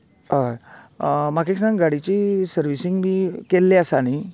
हय म्हाका एक सांग गाडयेची सर्विसींग बी केल्ले आसा न्ही